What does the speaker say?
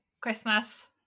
christmas